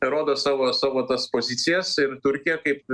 rodo savo savo tas pozicijas ir turkija kaip